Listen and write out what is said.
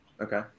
Okay